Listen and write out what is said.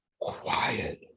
quiet